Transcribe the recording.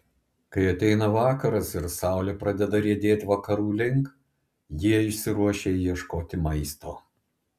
kai ateina vakaras ir saulė pradeda riedėti vakarų link jie išsiruošia ieškoti maisto